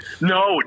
No